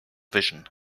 vision